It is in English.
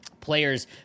players